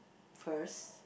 first